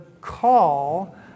call